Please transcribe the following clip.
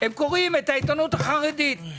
את העיתונות החרדית.